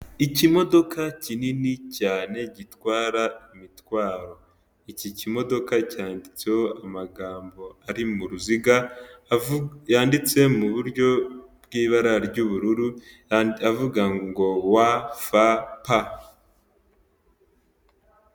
Ikimodoka kinini cyane gitwara imitwaro, iki kimodoka cyanditseho amagambo ari mu ruziga yanditse mu buryo bw'ibara ry'ubururu avuga ngo "wa, fa, pa".